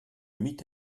mit